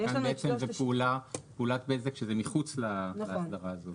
כאן בעצם זו פעולת בזק שזה מחוץ להסדרה הזאת.